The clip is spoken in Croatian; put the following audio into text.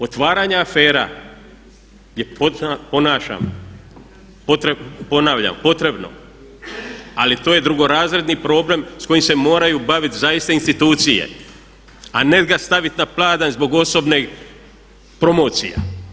Otvaranje afera je ponavljam potrebno, ali to je drugorazredni problem s kojim se moraju bavit zaista institucije, a ne ga stavit na pladanj zbog osobnih promocija.